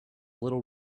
little